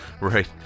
Right